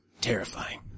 terrifying